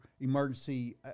emergency